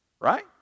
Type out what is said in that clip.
Right